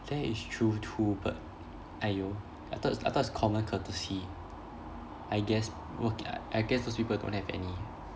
that is true true but !aiyo! I thought I thought it's common courtesy I guess wo~ I guess those people don't have any